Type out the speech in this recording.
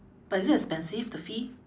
but is it expensive the fee